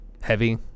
heavy